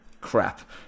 Crap